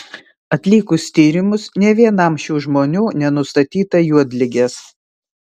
atlikus tyrimus nė vienam šių žmonių nenustatyta juodligės